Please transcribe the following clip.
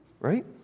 right